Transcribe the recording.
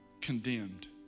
condemned